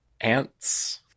ants